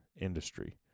industry